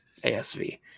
ASV